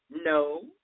No